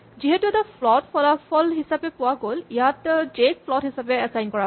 যিহেতু এটা ফ্লট ফলাফল হিচাপে পোৱা গ'ল ইয়াত জে ক ফ্লট হিচাপে এচাইন কৰা গৈছে